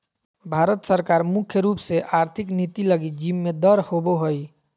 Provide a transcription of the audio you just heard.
भारत सरकार मुख्य रूप से आर्थिक नीति लगी जिम्मेदर होबो हइ